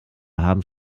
haben